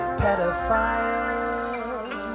pedophiles